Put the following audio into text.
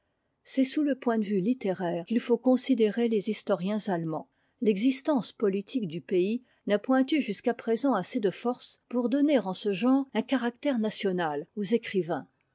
c'est sous le point de vue littéraire qu'il faut considérer les historiens allemands l'existence politique du pays n'a point eu jusqu'à présent assez de force pour donner en ce genre un caractère national aux écrivains